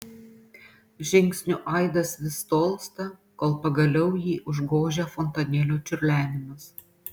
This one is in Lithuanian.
žingsnių aidas vis tolsta kol pagaliau jį užgožia fontanėlio čiurlenimas